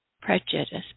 Prejudice